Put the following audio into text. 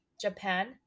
Japan